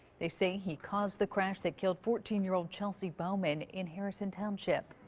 they say he caused the crash that killed fourteen year old chelsea bowman in harrison township.